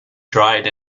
dried